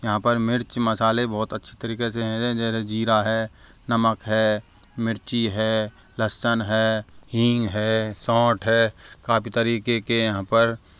यहाँ पर मिर्च मसाले बहुत अच्छी तरीके से हैं जैसे जीरा है नमक है मिर्ची है लहसुन है हींग है सौंठ है काफ़ी तरीके के यहाँ पर